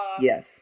yes